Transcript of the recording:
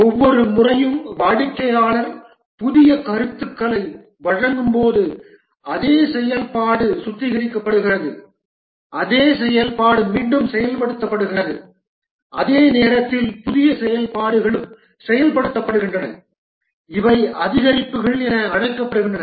ஒவ்வொரு முறையும் வாடிக்கையாளர் புதிய கருத்துக்களை வழங்கும்போது அதே செயல்பாடு சுத்திகரிக்கப்படுகிறது அதே செயல்பாடு மீண்டும் செயல்படுத்தப்படுகிறது அதே நேரத்தில் புதிய செயல்பாடுகளும் செயல்படுத்தப்படுகின்றன இவை அதிகரிப்புகள் என அழைக்கப்படுகின்றன